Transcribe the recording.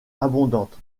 abondante